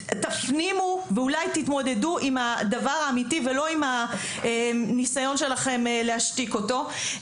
תפנימו ואולי תתמודדו עם הדבר האמיתי ולא עם הניסיון שלכם להשתיק אותו,